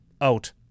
out